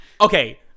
Okay